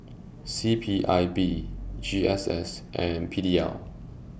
C P I B G S S and P D L